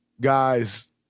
guys